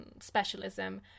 specialism